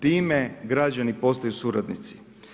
Time građani postaju suradnici.